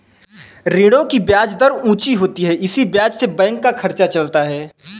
ऋणों की ब्याज दर ऊंची होती है इसी ब्याज से बैंक का खर्चा चलता है